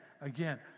again